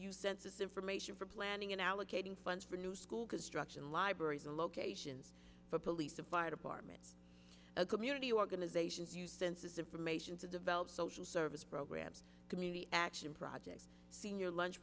you census information for planning and allocating funds for new school construction libraries and locations for police and fire department a community organizations used census information to develop social service programs community action projects senior lunch